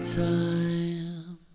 time